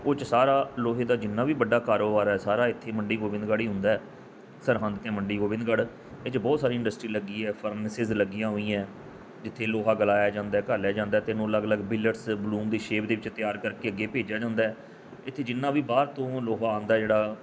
ਉਹ 'ਚ ਸਾਰਾ ਸਾਰਾ ਲੋਹੇ ਦਾ ਜਿੰਨਾ ਵੀ ਵੱਡਾ ਕਾਰੋਬਾਰ ਹੈ ਸਾਰਾ ਇੱਥੇ ਮੰਡੀ ਗੋਬਿੰਦਗੜ੍ਹ ਹੀ ਹੁੰਦਾ ਸਰਹੰਦ ਅਤੇ ਮੰਡੀ ਗੋਬਿੰਦਗੜ੍ਹ ਇਹ 'ਚ ਬਹੁਤ ਸਾਰੀ ਇੰਡਸਟਰੀ ਲੱਗੀ ਹੈ ਫਰਮਸਿਸ ਲੱਗੀਆਂ ਹੋਈਆਂ ਜਿੱਥੇ ਲੋਹਾ ਗਲਾਇਆ ਜਾਂਦਾ ਘਾਲਿਆਂ ਜਾਂਦਾ ਅਤੇ ਇਹਨੂੰ ਅਲੱਗ ਅਲੱਗ ਬਿਲੇਟਸ ਬਲੂਮ ਦੀ ਸ਼ੇਪ ਦੇ ਵਿੱਚ ਤਿਆਰ ਕਰਕੇ ਅੱਗੇ ਭੇਜਿਆ ਜਾਂਦਾ ਇੱਥੇ ਜਿੰਨਾ ਵੀ ਬਾਹਰ ਤੋਂ ਲੋਹਾ ਆਉਂਦਾ ਜਿਹੜਾ